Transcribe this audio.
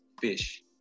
fish